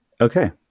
Okay